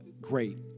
great